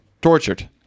Tortured